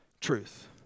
truth